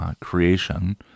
creation